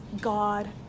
God